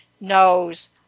knows